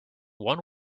one